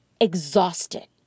exhausted